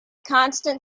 constant